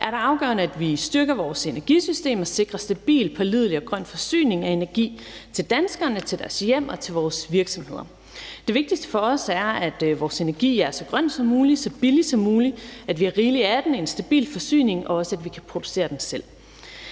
er det afgørende, at vi styrker vores energisystemer og sikrer en stabil, pålidelig og grøn forsyning af energi til danskerne, til deres hjem og til vores virksomheder. Det vigtigste for os er, at vores energi er så grøn som muligt og så billig som muligt, at vi har rigeligt af den i en stabil forsyning, og at vi også kan producere den selv.